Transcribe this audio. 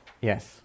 yes